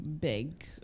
big